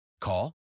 Call